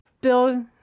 Bill